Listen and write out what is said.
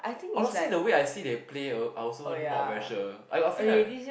honestly the way I see they Play I also not very sure I feel like